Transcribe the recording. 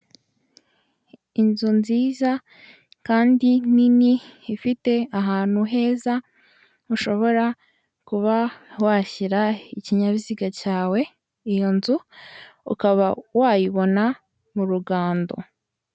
Inzu nziza kandi nini, ifite ahantu heza ushobora kuba washyira ikinyabiziga cyawe, iyo nzu ukaba wayibona mu Rugando.